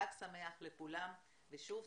חג שמח לכולם ושוב,